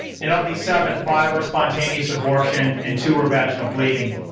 and of these seven five were spontaneous abortion and two were vaginal bleeding,